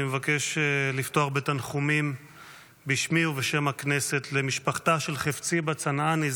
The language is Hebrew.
אני מבקש לפתוח בתנחומים בשמי ובשם הכנסת למשפחתה של חפציבה צנעני,